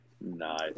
Nice